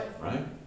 Right